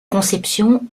conception